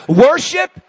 Worship